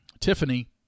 Tiffany